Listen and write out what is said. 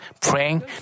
praying